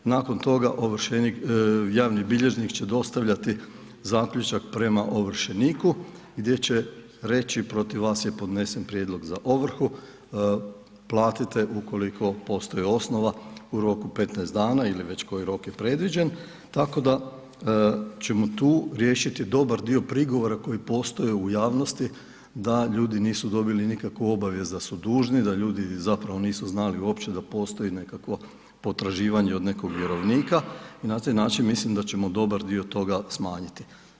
Nakon toga javni bilježnik će dostavljati zaključak prema ovršeniku gdje će reći protiv vas je podnesen prijedlog za ovrhu, platite ukoliko postoji osnova u roku od 15 dana ili već koji rok je predviđen, tako da ćemo tu riješiti dobar dio prigovora koji postoje u javnosti da ljudi nisu dobili nikakvu obavijest da su dužni, da ljudi nisu znali uopće da postoji nekakvo potraživanje od nekog vjerovnika i na taj način mislim da ćemo dobar dio toga smanjiti.